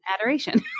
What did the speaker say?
adoration